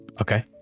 okay